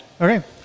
Okay